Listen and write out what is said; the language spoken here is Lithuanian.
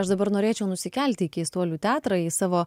aš dabar norėčiau nusikelti į keistuolių teatrą į savo